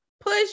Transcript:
push